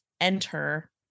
enter